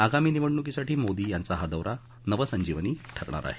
आगामी निवडणुकीसाठी मोदी यांचा हा दौरा नव संजीवनी ठरणार आहे